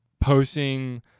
posting